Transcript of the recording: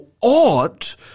ought